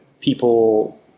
people